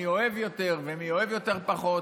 מי אוהב יותר ומי אוהב פחות.